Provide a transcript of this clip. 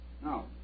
Now